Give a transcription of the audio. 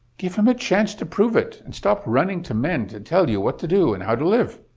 give him a chance to prove it, and stop running to men to tell you what to do and how to live.